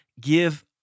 give